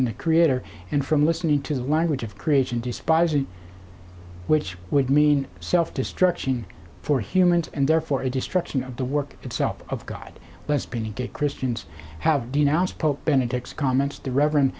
and the creator and from listening to the language of creation despise you which would mean self destruction for humans and therefore a destruction of the work itself of god lesbian and gay christians have denounced pope benedict's comments the reverend